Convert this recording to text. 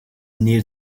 near